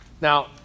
Now